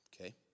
Okay